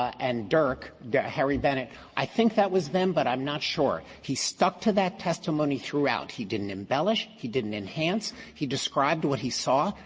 and derrick, harry bennett, i think that was them but i'm not sure. he stuck to that testimony throughout. he didn't embellish. he didn't enhance. he described what he saw.